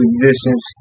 existence